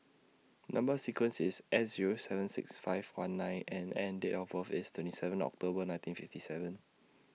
Number sequence IS S Zero seven six five one nine N and Date of birth IS twenty seven October nineteen fifty seven